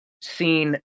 seen